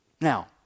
Now